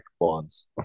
bonds